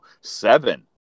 Seven